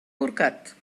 corcat